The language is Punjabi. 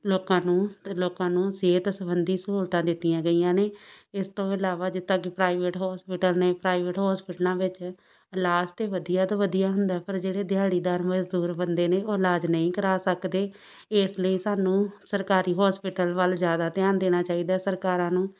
ਲੋਕਾਂ ਨੂੰ ਅਤੇ ਲੋਕਾਂ ਨੂੰ ਸਿਹਤ ਸੰਬੰਧੀ ਸਹੂਲਤਾਂ ਦਿੱਤੀਆਂ ਗਈਆਂ ਨੇ ਇਸ ਤੋਂ ਇਲਾਵਾ ਜਿੱਦਾਂ ਕਿ ਪ੍ਰਾਈਵੇਟ ਹੋਸਪਿਟਲ ਨੇ ਪ੍ਰਾਈਵੇਟ ਹੋਸਪਿਟਲਾਂ ਵਿੱਚ ਇਲਾਜ ਤਾਂ ਵਧੀਆ ਤੋਂ ਵਧੀਆ ਹੁੰਦਾ ਪਰ ਜਿਹੜੇ ਦਿਹਾੜੀਦਾਰ ਮਜ਼ਦੂਰ ਬੰਦੇ ਨੇ ਉਹ ਇਲਾਜ ਨਹੀਂ ਕਰਾ ਸਕਦੇ ਇਸ ਲਈ ਸਾਨੂੰ ਸਰਕਾਰੀ ਹੋਸਪਿਟਲ ਵੱਲ ਜ਼ਿਆਦਾ ਧਿਆਨ ਦੇਣਾ ਚਾਹੀਦਾ ਸਰਕਾਰਾਂ ਨੂੰ